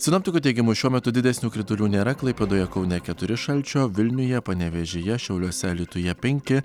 sinoptikų teigimu šiuo metu didesnių kritulių nėra klaipėdoje kaune keturi šalčio vilniuje panevėžyje šiauliuose alytuje penki